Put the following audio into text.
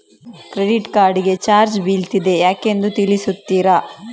Credit card ಗೆ charge ಬೀಳ್ತಿದೆ ಯಾಕೆಂದು ತಿಳಿಸುತ್ತೀರಾ?